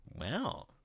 Wow